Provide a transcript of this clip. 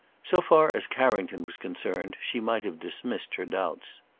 so far as carrington was concerned, she might have dismissed her doubts.